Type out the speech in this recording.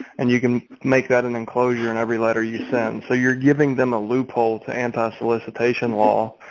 and you can make that an enclosure and every letter you send so you're giving them a loophole to anti solicitation law,